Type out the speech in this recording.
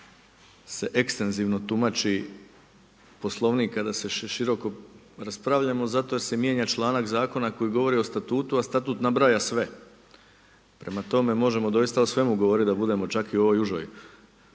se ekstenzivno tumači Poslovnik kada široko raspravljamo zato jer se mijenja članak zakona koji govori o Statutu a Statut nabraja sve. Prema tome, možemo doista o svemu govoriti da budemo čak i u ovoj užoj